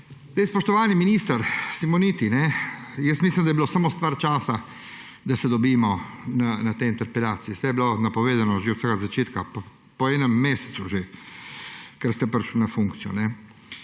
tukaj. Spoštovani minister Simoniti! Mislim, da je bilo samo stvar čas, da se dobimo na tej interpelaciji, saj je bilo že od vsega začetka, po enem mesecu že, kar ste prišli na funkcijo.